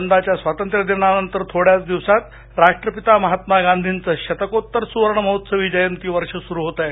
यंदाच्या स्वातत्र्यदिनानंतर थोड्याच दिवसात राष्ट्रपिता महात्मा गांधींचं शतकोत्तर सुवर्णमहोत्सवी जयंतीवर्ष सुरू होतं आहे